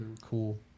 cool